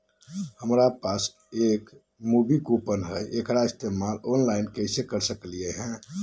हमरा पास एक मूवी कूपन हई, एकरा इस्तेमाल ऑनलाइन कैसे कर सकली हई?